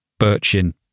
Birchin